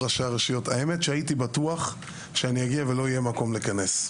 הייתי בטוח שאגיע לכאן ולא יהיה מקום להיכנס.